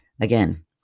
again